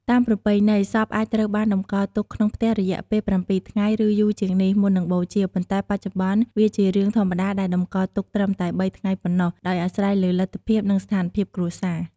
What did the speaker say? តាមប្រពៃណី សពអាចត្រូវបានតម្កល់ទុកក្នុងផ្ទះរយៈពេល ៧ថ្ងៃ ឬយូរជាងនេះ មុននឹងបូជា ប៉ុន្តែបច្ចុប្បន្ន វាជារឿងធម្មតាដែលតម្កល់ទុកត្រឹមតែ ៣ថ្ងៃប៉ុណ្ណោះ ដោយអាស្រ័យលើលទ្ធភាព និងស្ថានភាពគ្រួសារ។